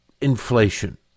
inflation